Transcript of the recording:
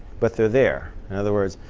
but they're there. in other words,